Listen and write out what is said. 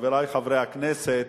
חברי חברי הכנסת,